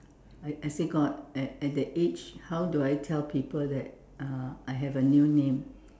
I I say God at at that age how do I tell people that uh I have a new name